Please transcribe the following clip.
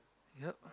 yup